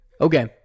Okay